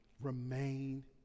remain